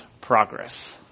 Progress